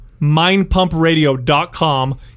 Mindpumpradio.com